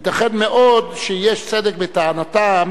ייתכן מאוד שיש צדק בטענתם,